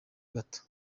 gato